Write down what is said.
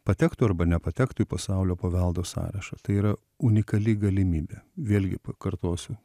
patektų arba nepatektų į pasaulio paveldo sąrašą tai yra unikali galimybė vėlgi pakartosiu